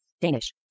Danish